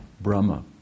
Brahma